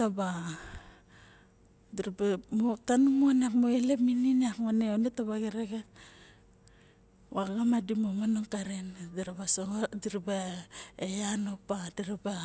taba tanung mon elep muning yong taba xerexes vaga ma di momonong karen didriba sangot diriba eyan opa